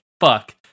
fuck